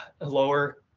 lower